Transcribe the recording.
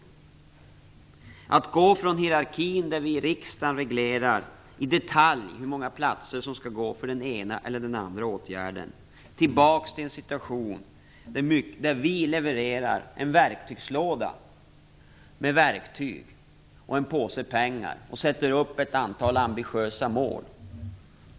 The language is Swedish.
Det är dags att gå från hierarkin där vi i riksdagen i detalj reglerar hur många platser som skall finnas i den ena eller andra åtgärden tillbaks till en situation där vi levererar en verktygslåda med verktyg och en påse pengar och sätter upp ett antal ambitiösa mål.